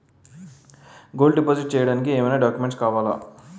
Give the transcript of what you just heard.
Gold deposit చేయడానికి ఏమైనా documents కావాలా?